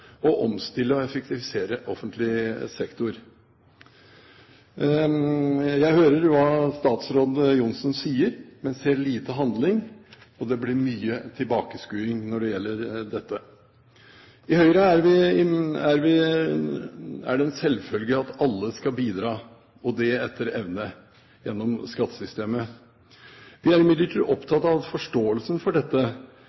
og omstille og effektivisere offentlig sektor. Jeg hører hva statsråd Johnsen sier, men ser lite handling, og det blir mye tilbakeskuing når det gjelder dette. I Høyre er det en selvfølge at alle skal bidra, og det etter evne gjennom skattesystemet. Vi er imidlertid